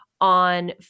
on